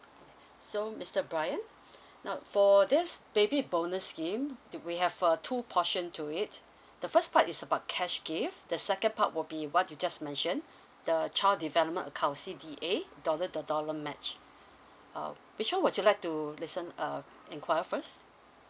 so mister brian now for this baby bonus scheme we have uh two portion to it the first part is about cash gift the second part will be what you just mentioned the child development account C_D_A dollar to dollar match uh which one would you like to listen um inquire first